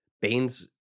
Baines